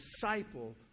disciple